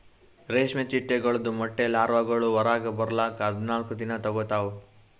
ರೇಷ್ಮೆ ಚಿಟ್ಟೆಗೊಳ್ದು ಮೊಟ್ಟೆ ಲಾರ್ವಾಗೊಳ್ ಹೊರಗ್ ಬರ್ಲುಕ್ ಹದಿನಾಲ್ಕು ದಿನ ತೋಗೋತಾವ್